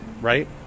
right